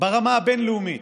ברמה הבין-לאומית.